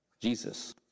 Jesus